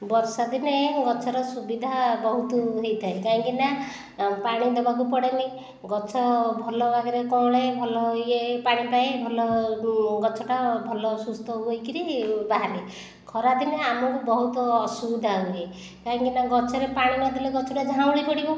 ବର୍ଷା ଦିନେ ଗଛର ସୁବିଧା ବହୁତ ହୋଇଥାଏ କାହିଁକିନା ପାଣି ଦେବାକୁ ପଡ଼େନି ଗଛ ଭଲ ଭାବରେ କଅଁଳେ ଭଲ ଇଏ ପାଣି ପାଏ ଭଲ ଗଛଟା ଭଲ ସୁସ୍ଥ ହୋଇକରି ବାହାରେ ଖରାଦିନେ ଆମକୁ ବହୁତ ଅସୁବିଧା ହୁଏ କାହିଁକିନା ଗଛରେ ପାଣି ନଦେଲେ ଗଛଟା ଝାଉଁଳି ପଡ଼ିବ